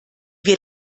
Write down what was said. wir